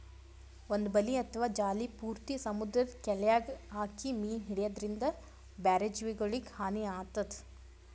ಒಂದ್ ಬಲಿ ಅಥವಾ ಜಾಲಿ ಪೂರ್ತಿ ಸಮುದ್ರದ್ ಕೆಲ್ಯಾಗ್ ಹಾಕಿ ಮೀನ್ ಹಿಡ್ಯದ್ರಿನ್ದ ಬ್ಯಾರೆ ಜೀವಿಗೊಲಿಗ್ ಹಾನಿ ಆತದ್